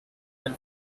del